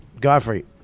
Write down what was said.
Godfrey